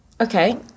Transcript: okay